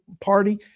party